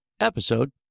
episode